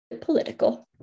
political